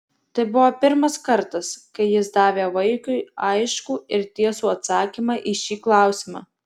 tai buvo pirmas kartas kai jis davė vaikiui aiškų ir tiesų atsakymą į šį klausimą